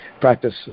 practice